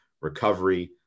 recovery